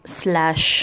slash